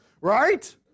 right